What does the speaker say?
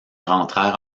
rentrèrent